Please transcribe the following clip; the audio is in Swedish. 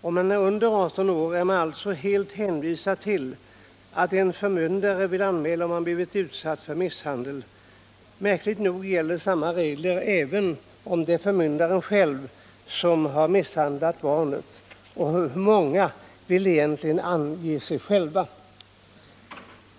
Om man är under 18 år är man alltså helt hänvisad till att ens förmyndare vill anmäla om man blivit utsatt för misshandel. Märkligt nog gäller samma regler även om det är förmyndaren själv som har misshandlat barnet. Och hur många vill egentligen ange sig själva?